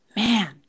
man